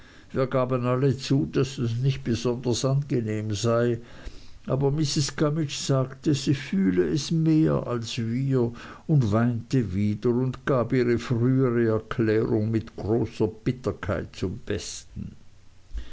wir gaben alle zu daß das nicht besonders angenehm sei aber mrs gummidge sagte sie fühle es mehr als wir und weinte wieder und gab ihre frühere erklärung mit großer bitterkeit zum besten